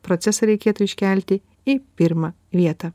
procesą reikėtų iškelti į pirmą vietą